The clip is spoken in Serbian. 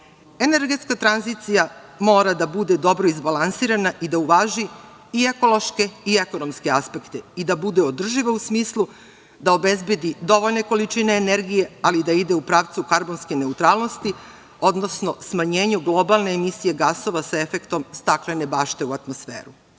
energije. Energetska tranzicija mora da bude dobro izbalansirana i da uvaži i ekološke i ekonomske aspekte i da bude održiva u smislu da obezbedi dovoljne količine energije, ali i da ide u pravcu karbonske neutralnosti, odnosno smanjenju globalne emisije gasova sa efektom staklene bašte u atmosferu. To